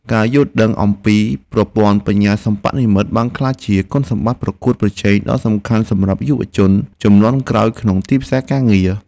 ការយល់ដឹងអំពីប្រព័ន្ធបញ្ញាសិប្បនិម្មិតបានក្លាយជាគុណសម្បត្តិប្រកួតប្រជែងដ៏សំខាន់សម្រាប់យុវជនជំនាន់ក្រោយក្នុងទីផ្សារការងារ។